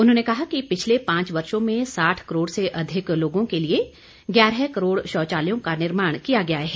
उन्होंने कहा कि पिछले पांच वर्षो में साठ करोड़ से अधिक लोगों के लिए ग्यारह करोड़ शौचालयों का निर्माण किया गया है